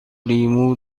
لیمو